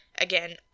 again